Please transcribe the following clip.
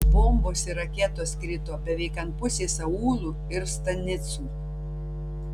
bombos ir raketos krito beveik ant pusės aūlų ir stanicų